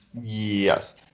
Yes